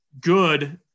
good